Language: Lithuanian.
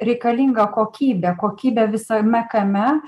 reikalinga kokybė kokybė visame kame